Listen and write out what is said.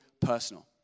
personal